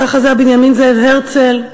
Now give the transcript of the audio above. שחזה בנימין זאב הרצל,